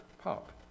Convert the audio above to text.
Pop